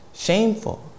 shameful